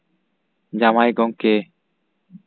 ᱡᱟᱶᱟᱭ ᱜᱚᱝᱠᱮ